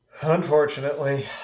Unfortunately